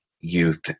youth